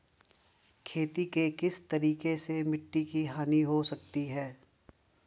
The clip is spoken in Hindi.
खेती के किस तरीके से मिट्टी की हानि हो सकती है?